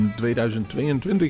2022